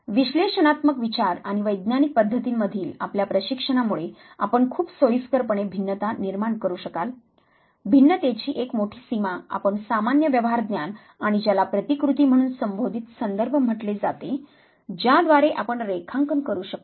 विश्लेषणात्मक विचार आणि वैज्ञानिक पद्धतींमधील आपल्या प्रशिक्षणामुळे आपण खूप सोयीस्करपणे भिन्नता निर्माण करू शकाल भिन्नतेची एक मोठी सीमा आपण सामान्य व्यव्हारज्ञान आणि ज्याला प्रतिकृति म्हणून संबोधित संदर्भ म्हटले जाते ज्याद्वारे आपण रेखांकन करू शकतो